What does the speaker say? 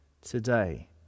today